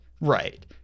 Right